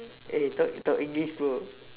eh talk talk english bro